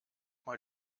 mal